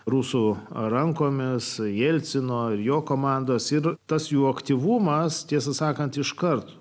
rusų rankomis jelcino ir jo komandos ir tas jų aktyvumas tiesą sakant iškart